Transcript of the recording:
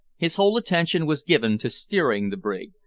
his whole attention was given to steering the brig,